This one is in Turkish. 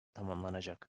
tamamlanacak